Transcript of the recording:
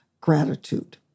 gratitude